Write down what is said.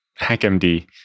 hackmd